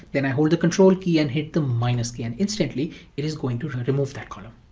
then i hold the control key and hit the minus key, and instantly it is going to remove that column.